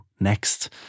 next